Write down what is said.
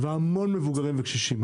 והמון מבוגרים וקשישים.